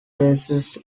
jesus